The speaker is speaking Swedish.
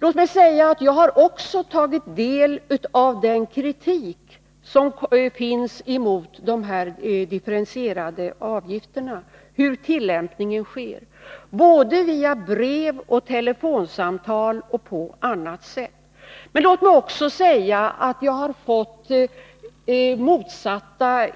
Låt mig säga att jag också har tagit del av den kritik som förekommer mot de differentierade avgifterna och mot hur tillämpningen sker — via brev, telefonsamtal och på annat sätt. Men jag har också fått motsatta